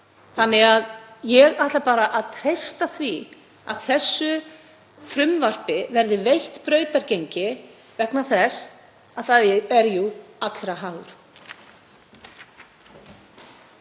á því. Ég ætla því bara að treysta því að þessu frumvarpi verði veitt brautargengi vegna þess að það er jú allra hagur.